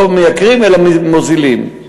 לא מייקרים אלא מוזילים.